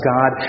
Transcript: God